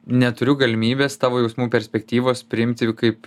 neturiu galimybės tavo jausmų perspektyvos priimti kaip